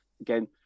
again